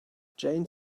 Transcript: jane